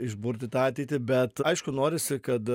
išburti tą ateitį bet aišku norisi kad